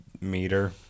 meter